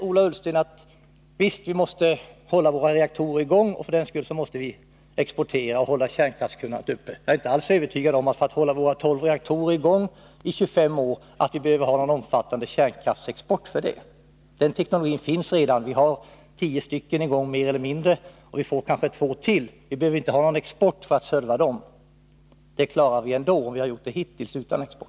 Ola Ullsten säger att vi måste hålla våra reaktorer i gång, och för att hålla kärnkraftskunnandet uppe måste vi exportera. Jag är inte alls övertygad om att vi behöver ha någon omfattande kärnkraftsexport för att hålla våra tolv reaktorer i gång i 25 år. Den teknologin finns redan. Vi har tio reaktorer mer eller mindre i gång, och vi får kanske två till. Vi behöver inte ha någon export för att serva dem — det klarar vi ändå. Vi har gjort det hittills utan export!